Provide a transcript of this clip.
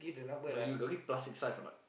but you got give plastic stuff or not